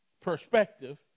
perspective